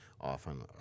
often